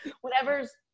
whatever's